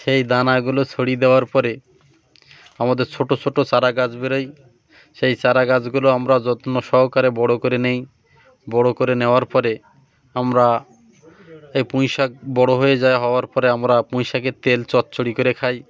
সেই দানাগুলো ছড়িয়ে দেওয়ার পরে আমাদের ছোটো ছোটো চারা গাছ বেেরেই সেই চারা গাছগুলো আমরা যত্ন সহকারে বড়ো করে নেই বড়ো করে নেওয়ার পরে আমরা এই পুঁই শাক বড়ো হয়ে যায় হওয়ার পরে আমরা পুঁই শাকের তেল এর চচ্চড়ি করে খাই